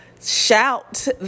shout